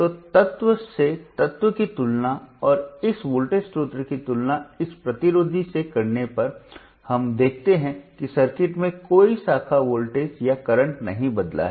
तो तत्व से तत्व की तुलना और इस वोल्टेज स्रोत की तुलना इस प्रतिरोधी से करने पर हम देखते हैं कि सर्किट में कोई शाखा वोल्टेज या करंट नहीं बदला है